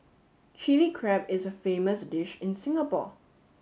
Chill Crab is a famous dish in Singapore